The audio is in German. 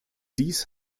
dies